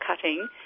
cutting